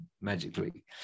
magically